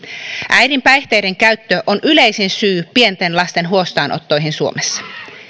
äidin päihteidenkäyttö on yleisin syy pienten lasten huostaanottoihin suomessa